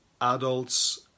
adults